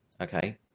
okay